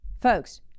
Folks